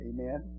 Amen